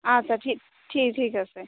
আচ্ছা ঠিক ঠিক ঠিক আছে